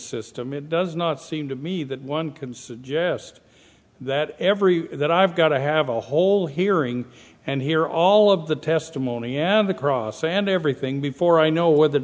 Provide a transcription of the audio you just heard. system it does not seem to me that one could suggest that every that i've got to have a whole hearing and hear all of the testimony and the cross and everything before i know whether the